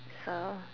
so